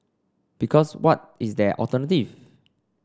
because what is their alternative